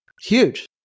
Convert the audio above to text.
huge